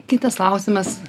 kitas klausimas